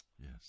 Yes